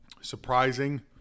surprising